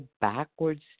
backwards